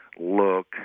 look